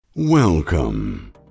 Welcome